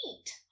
eat